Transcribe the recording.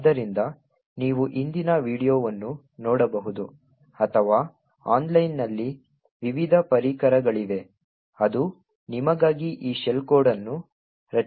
ಆದ್ದರಿಂದ ನೀವು ಹಿಂದಿನ ವೀಡಿಯೊವನ್ನು ನೋಡಬಹುದು ಅಥವಾ ಆನ್ಲೈನ್ನಲ್ಲಿ ವಿವಿಧ ಪರಿಕರಗಳಿವೆ ಅದು ನಿಮಗಾಗಿ ಈ ಶೆಲ್ ಕೋಡ್ ಅನ್ನು ರಚಿಸುತ್ತದೆ